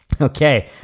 Okay